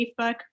Facebook